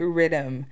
Rhythm